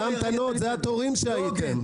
זה התורים שהייתם.